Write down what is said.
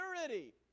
security